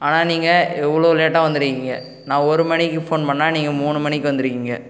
ஆனால் நீங்கள் இவ்வளோ லேட்டாக வந்துருக்கீங்க நான் ஒரு மணிக்கு ஃபோன் பண்ணினா நீங்கள் மூணு மணிக்கு வந்துருக்கீங்க